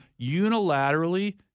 unilaterally